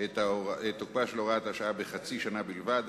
את תוקפה של הוראת השעה בחצי שנה בלבד,